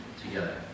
together